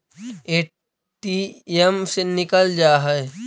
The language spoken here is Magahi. ए.टी.एम से निकल जा है?